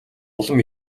улам